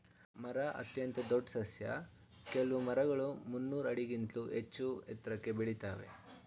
ಮರ ಅತ್ಯಂತ ದೊಡ್ ಸಸ್ಯ ಕೆಲ್ವು ಮರಗಳು ಮುನ್ನೂರ್ ಆಡಿಗಿಂತ್ಲೂ ಹೆಚ್ಚೂ ಎತ್ರಕ್ಕೆ ಬೆಳಿತಾವೇ